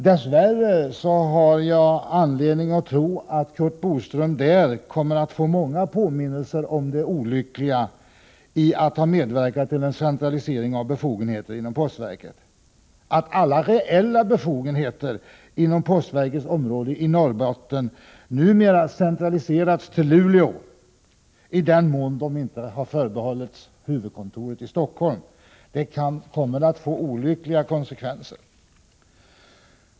Dess värre har jag anledning tro att Curt Boström där kommer att få många påminnelser om det olyckliga i att ha medverkat till en centralisering av befogenheter inom postverket. Att alla reella befogenheter inom postverkets område i Norrbotten numera centraliserats till Luleå, i den mån de inte har förbehållits huvudkontoret i Stockholm, kommer att få olyckliga konsekvenser.